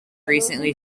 recently